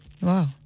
Wow